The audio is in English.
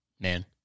man